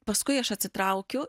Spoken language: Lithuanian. paskui aš atsitraukiu